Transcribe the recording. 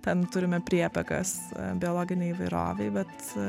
ten turime priepekas biologinei įvairovei bet